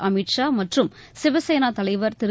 அமித் ஷா மற்றும் சிவசேனா தலைவர் திரு